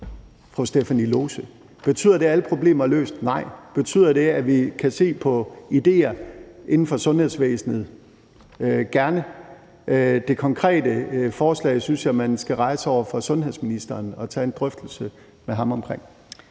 fru Stephanie Lose. Betyder det, at alle problemer er løst? Nej. Betyder det, at vi kan se på idéer inden for sundhedsvæsenet? Gerne. Det konkrete forslag synes jeg man skal rejse over for sundhedsministeren og tage en drøftelse med ham omkring.